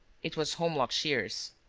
it was holmlock shears.